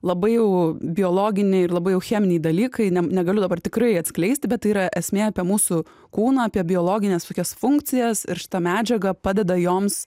labai jau biologiniai ir labai jau cheminiai dalykai ne negaliu dabar tikrai atskleisti bet tai yra esmė apie mūsų kūną apie biologines tokias funkcijas ir šita medžiaga padeda joms